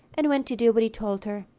and went to do what he told her.